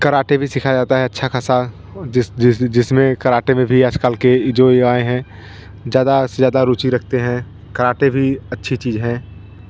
karate भी सिखाया जाता है अच्छा ख़ासा जिस जिस जिसमें कराटे में भी आजकल के जो यह आए हैं ज़्यादा से ज़्यादा रुचि रखते हैं कराटे भी अच्छी चीज़ है